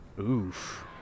Oof